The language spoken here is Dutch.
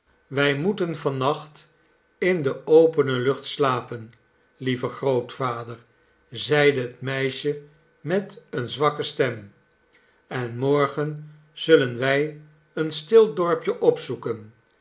wij moeten van nacht in de opene lucht slapen lieve grootvader zeide het meisjemet eene zwakke stem en morgen zullen wij een stil dorpje opzoeken